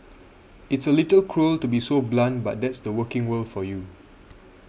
it's a little cruel to be so blunt but that's the working world for you